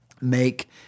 make